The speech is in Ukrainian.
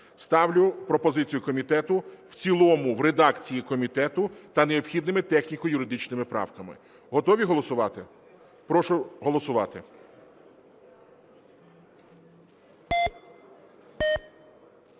Ставлю пропозицію комітету в цілому в редакції комітету та необхідними техніко-юридичними правками. Готові голосувати? Прошу голосувати.